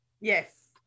Yes